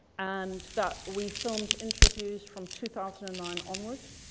and that we filmed interviews from two thousand and nine onwards